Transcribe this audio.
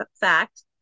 fact